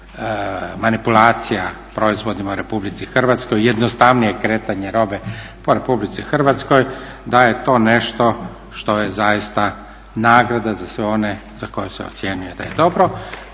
manipulacija proizvodima u Republici Hrvatskoj, jednostavnije kretanje robe po Republici Hrvatskoj, da je to nešto što je zaista nagrada za sve one za koje se ocjenjuje da je dobro